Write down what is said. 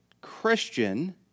Christian